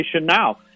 now